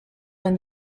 when